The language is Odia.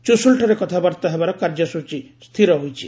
ଚୁଶୁଲ୍ଠାରେ କଥାବାର୍ତ୍ତା ହେବାର କାର୍ଯ୍ୟସ୍କଚୀ ସ୍ଥିର ହୋଇଛି